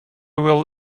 will